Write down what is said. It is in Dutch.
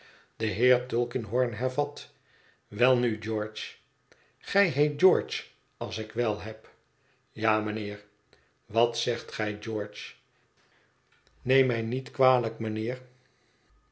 de heer tulkinghorn hervat welnu george gij heet george als ik wel heb ja mijnheer wat zegt gij george neem mij niet kwalijk mijnheer